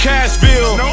Cashville